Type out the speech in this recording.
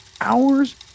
hours